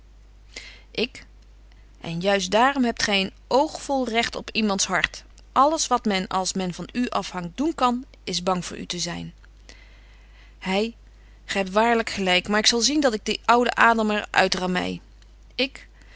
en juist daarom hebt gy geen oogvol recht op iemands hart alles wat men als betje wolff en aagje deken historie van mejuffrouw sara burgerhart men van u afhangt doen kan is bang voor u te zyn hy gy hebt waarlyk gelyk maar ik zal zien dat ik dien ouden adam er uitramei